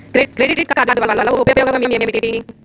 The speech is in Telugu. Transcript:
క్రెడిట్ కార్డ్ వల్ల ఉపయోగం ఏమిటీ?